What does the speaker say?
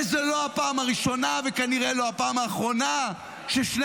וזו לא הפעם הראשונה וכנראה לא הפעם האחרונה ששני